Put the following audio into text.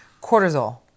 cortisol